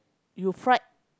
you fried